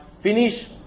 finish